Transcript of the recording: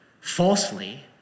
Falsely